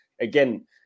again